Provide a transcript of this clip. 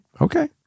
Okay